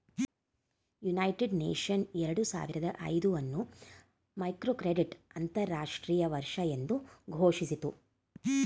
United Nations ಎರಡು ಸಾವಿರದ ಐದು ಅನ್ನು ಮೈಕ್ರೋಕ್ರೆಡಿಟ್ ಅಂತರಾಷ್ಟ್ರೀಯ ವರ್ಷ ಎಂದು ಘೋಷಿಸಿತು